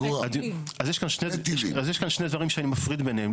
אז יש כאן שני דברים שאני מפריד ביניהם,